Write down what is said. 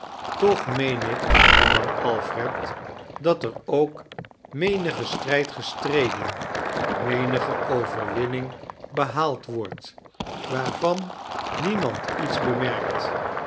toch meen ik hernam alfred dat er ook menige strijd geabre den menige overwinmimg beiiaald wordt waarvan niemand iets bemeirkt